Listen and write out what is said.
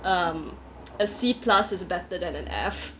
um a C plus is better than an F